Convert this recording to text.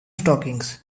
stockings